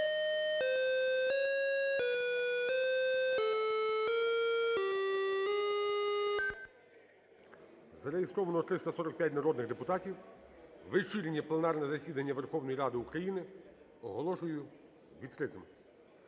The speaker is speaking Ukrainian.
Зареєстровано 345 народних депутатів. Вечірнє пленарне засідання Верховної Ради України оголошую відкритим.